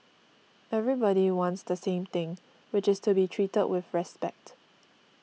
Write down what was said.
everybody wants the same thing which is to be treated with respect